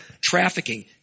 trafficking